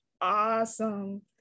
awesome